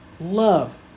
love